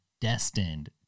destined